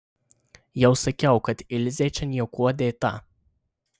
jau sakiau kad ilzė čia niekuo dėta